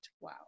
Wow